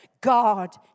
God